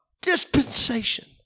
dispensation